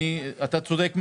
אתה צודק.